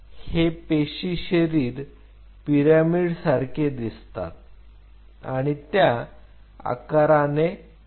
हे पेशी शरीर पिरामिड सारखे दिसतात आणि त्या आकाराने मोठे असतात